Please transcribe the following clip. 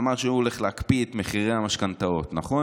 ואמר שהוא הולך להקפיא את מחירי המשכנתאות, נכון?